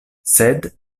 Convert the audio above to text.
sed